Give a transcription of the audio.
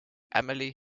emily